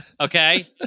Okay